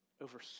over